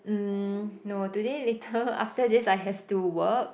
mm no today later after this I have to work